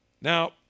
Now